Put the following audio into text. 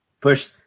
Push